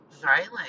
violent